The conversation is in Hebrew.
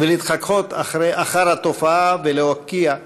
ולהתחקות אחר התופעה ולהוקיע,